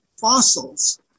fossils